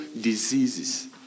diseases